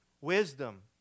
Wisdom